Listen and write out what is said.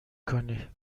کنی